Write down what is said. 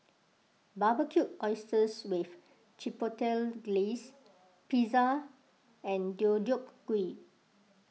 Barbecued Oysters with Chipotle Glaze Pizza and Deodeok Gui